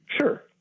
sure